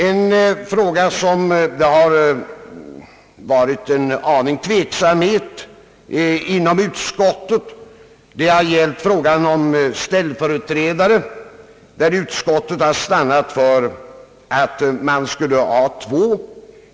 En fråga, där det har rått en viss tveksamhet inom utskottet, har gällt ställföreträdarna. Utskottet har stannat för att föreslå två.